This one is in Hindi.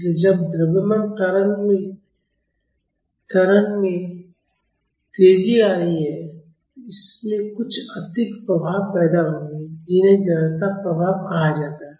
इसलिए जब द्रव्यमान त्वरण में तेजी आ रही है तो इससे कुछ अतिरिक्त प्रभाव पैदा होंगे जिन्हें जड़ता प्रभाव कहा जाता है